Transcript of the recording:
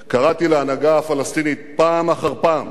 בבקשה.